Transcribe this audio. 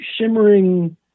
shimmering